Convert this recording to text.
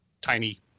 tiny